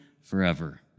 forever